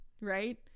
right